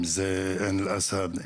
אם זה עין אל אסד,